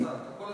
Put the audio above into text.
כבוד השר,